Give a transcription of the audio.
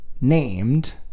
named